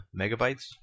megabytes